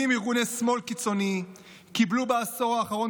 70 ארגוני שמאל קיצוני קיבלו בעשור האחרון